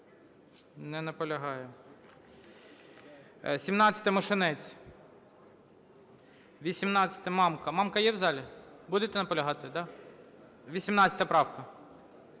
Не наполягає. 17-а, Мошенець. 18-а, Мамка. Мамка є в залі? Будете наполягати, да? 18 правка.